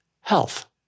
health